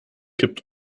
kippt